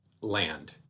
land